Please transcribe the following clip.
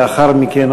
לאחר מכן,